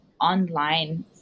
online